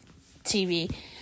TV